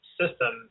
system